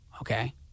okay